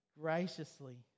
graciously